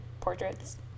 portraits